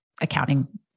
accounting